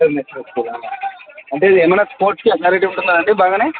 NHO స్కూలా అంటే ఏమన్నా స్పోర్ట్స్కి అథారిటీ ఉంటుందా అండి బాగా